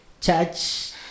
church